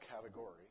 category